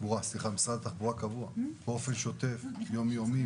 באופן שוטף ויומיומי.